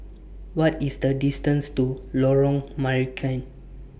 What IS The distance to Lorong Marican